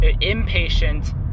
impatient